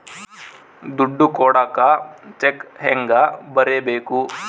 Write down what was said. ದುಡ್ಡು ಕೊಡಾಕ ಚೆಕ್ ಹೆಂಗ ಬರೇಬೇಕು?